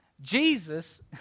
Jesus